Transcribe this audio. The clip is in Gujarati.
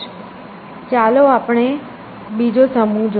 ચાલો આપણે બીજો સમૂહ જોઈએ